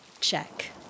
check